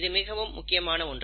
இது மிகவும் முக்கியமான ஒன்று